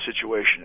situation